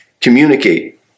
communicate